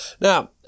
Now